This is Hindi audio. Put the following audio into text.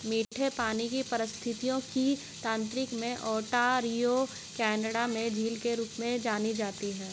मीठे पानी का पारिस्थितिकी तंत्र में ओंटारियो कनाडा में झील के रूप में जानी जाती है